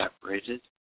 separated